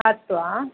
ಹತ್ತು